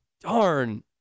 Darn